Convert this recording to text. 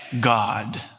God